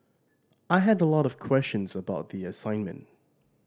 I had a lot of questions about the assignment